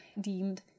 deemed